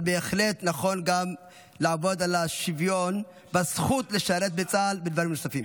אבל בהחלט נכון גם לעבוד על השוויון בזכות לשרת בצה"ל ובדברים נוספים.